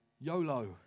YOLO